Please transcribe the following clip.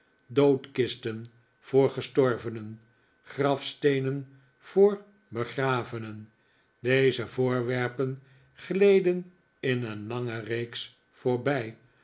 doodkisten voor gestorvenen grafsteenen voor begravenen deze voorwerpen gleden in een lange reeks voorbij